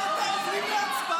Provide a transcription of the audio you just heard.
--- אמרת, עוברים להצבעה.